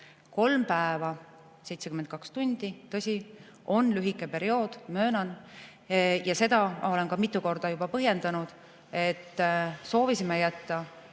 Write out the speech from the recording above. Kolm päeva, 72 tundi, tõsi, on lühike periood, ma möönan. Seda olen ma ka mitu korda juba põhjendanud, et soovisime jätta